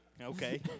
Okay